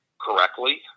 correctly